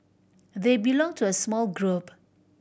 they belong to a small group